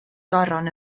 goron